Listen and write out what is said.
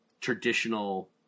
traditional